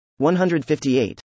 158